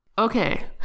Okay